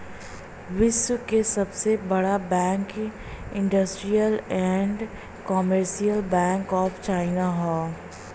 विश्व क सबसे बड़ा bank industrial and commercial bank of China हौ